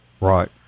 Right